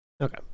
Okay